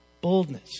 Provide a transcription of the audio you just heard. boldness